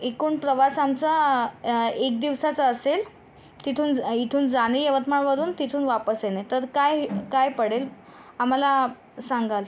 एकूण प्रवास आमचा एक दिवसाचा असेल तिथून इथून जाणे यवतमाळवरून तिथून वापस येणे तर कायकाय पडेल आम्हाला सांगाल